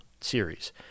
series